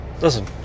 listen